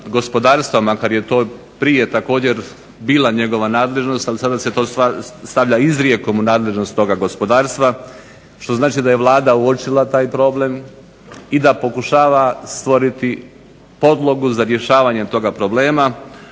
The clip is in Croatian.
gospodarstva makar je to prije također bila njegova nadležnost, ali sada se to stavlja izrijekom u nadležnost toga gospodarstva što znači da je Vlada uočila taj problem i da pokušava stvoriti podlogu za rješavanje toga problema,